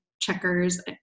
checkers